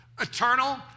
eternal